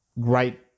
Great